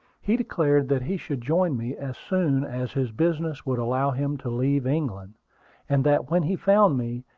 he declared that he should join me as soon as his business would allow him to leave england and that when he found me,